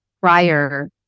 prior